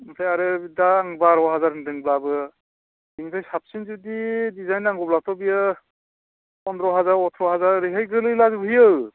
बेफोरखौ आमफ्राय आरो दा आं बार हाजार होनदोंब्लाबो बेनिफ्राय साबसिन जुदि डिजाइन नांगौब्लाथ' बियो फन्द्र हाजार अथ्र हाजार ओरैहाय गोलैला जोबहैयो